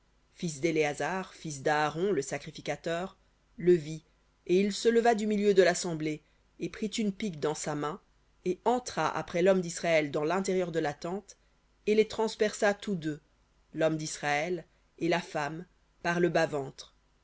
fils d'éléazar fils d'aaron le sacrificateur le vit et il se leva du milieu de l'assemblée et prit une pique dans sa main et entra après l'homme d'israël dans l'intérieur de la tente et les transperça tous deux l'homme d'israël et la femme par le